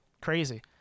crazy